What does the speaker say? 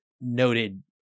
noted